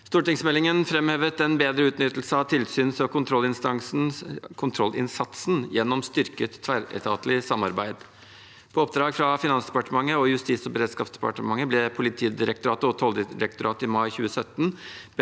tingsmeldingen framhevet en bedre utnyttelse av tilsyns- og kontrollinnsatsen gjennom styrket tverretatlig samarbeid. På oppdrag fra Finansdepartementet og Justis- og beredskapsdepartementet ble Politidirektoratet og Tolldirektoratet i mai 2017